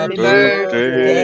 birthday